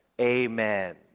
Amen